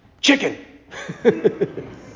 chicken